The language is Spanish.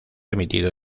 emitido